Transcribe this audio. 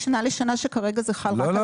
משנה לשנה שכרגע זה חל רק על אדם אחד.